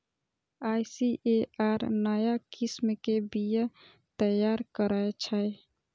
ICAR नया किस्म के बीया तैयार करै छै